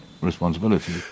responsibility